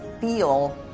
feel